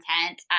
content